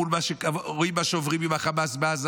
מול מה שרואים שעוברים עם החמאס בעזה,